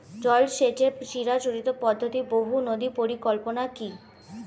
জল সেচের চিরাচরিত পদ্ধতি বহু নদী পরিকল্পনা কি?